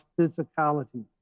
physicality